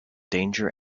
danger